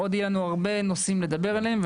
יהיו לנו עוד הרבה נושאים לדבר עליהם.